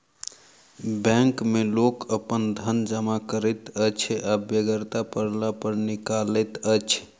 bank मे लोक अपन धन जमा करैत अछि आ बेगरता पड़ला पर निकालैत अछि